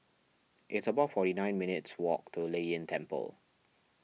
it's about forty nine minutes' walk to Lei Yin Temple